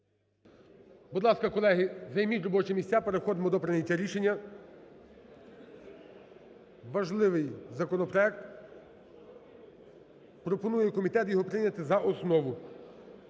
Будь ласка, колеги, займіть робочі місця, переходимо до прийняття рішення. Важливий законопроект, пропонує комітет його прийняти за основу.